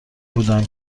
بودم